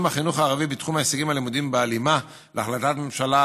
החינוך הערבי בתחום ההישגים הלימודיים בהלימה להחלטת ממשלה